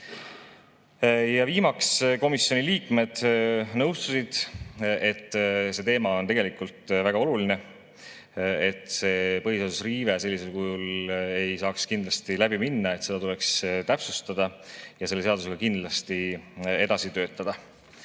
Viimaks komisjoni liikmed nõustusid, et teema on tegelikult väga oluline, see põhiseaduse riive sellisel kujul ei [tohiks] kindlasti läbi minna, seda tuleks täpsustada ja selle seadusega kindlasti edasi töötada.